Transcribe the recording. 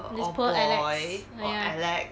this poor alex err ya